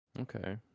Okay